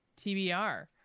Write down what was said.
TBR